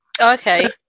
Okay